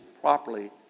properly